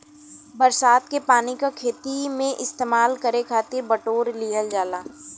बरसात के पानी क खेती में इस्तेमाल करे खातिर बिटोर लिहल जाला